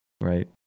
right